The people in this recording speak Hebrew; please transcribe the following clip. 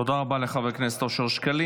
תודה רבה לחבר כנסת אושר שקלים.